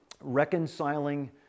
reconciling